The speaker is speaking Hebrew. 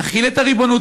נחיל את הריבונות.